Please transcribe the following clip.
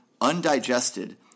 undigested